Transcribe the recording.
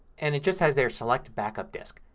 and it just has there select backup disk.